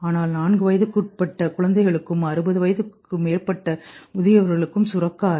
ஆனால் நான்கு வயதுக்கு உட்பட்ட குழந்தைகளுக்கும் அறுபது வயதுக்கு மேற்பட்ட முதியவர்களுக்கும் சுரக்காது